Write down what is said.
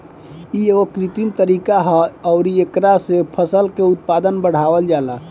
इ एगो कृत्रिम तरीका ह अउरी एकरा से फसल के उत्पादन बढ़ावल जाला